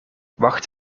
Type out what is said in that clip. wacht